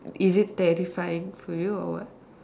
is it terrifying for you or what